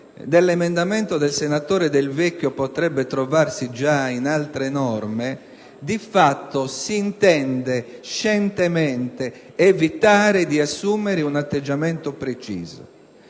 dell'emendamento del senatore Del Vecchio potrebbe trovarsi già in altre norme di fatto si intende scientemente evitare di assumere un atteggiamento preciso.